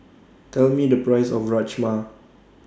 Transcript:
Tell Me The Price of Rajma